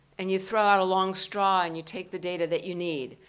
and you throw out a long straw and you take the data that you need.